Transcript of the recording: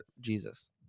Jesus